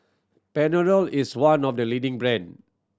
panadol is one of the leading brand